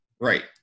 Right